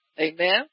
amen